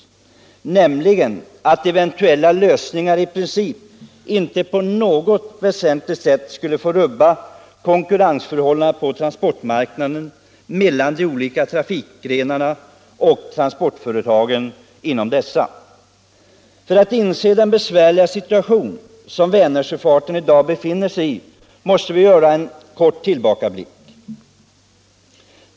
Han uttalade nämligen där att eventuella lösningar i princip inte på något väsentligt sätt skulle få rubba konkurrensförhållandena mellan de olika trafikgrenarna och transportföretagen inom dessa. För att inse vilken besvärlig situation Vänersjöfarten i dag befinner sig i måste man göra en kort tillbakablick.